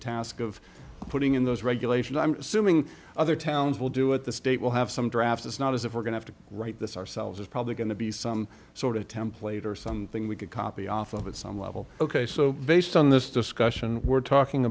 task of putting in those regulations i'm assuming other towns will do it the state will have some draft it's not as if we're going to write this ourselves is probably going to be some sort of template or something we could copy off of at some level ok so based on this discussion we're talking